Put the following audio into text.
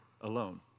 alone